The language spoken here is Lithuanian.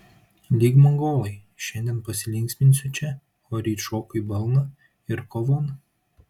lyg mongolai šiandien pasilinksminsiu čia o ryt šoku į balną ir kovon